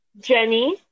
Jenny